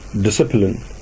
discipline